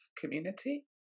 community